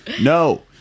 No